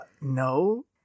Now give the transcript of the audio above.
no